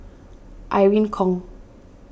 Irene Khong